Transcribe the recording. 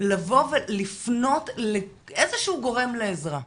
לבוא ולפנות לאיזשהו גורם לעזרה.